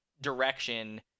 direction